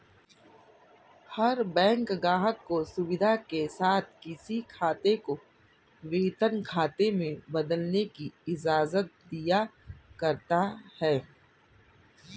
हर bank ग्राहक को सुविधा के साथ किसी खाते को वेतन खाते में बदलने की इजाजत दिया करता है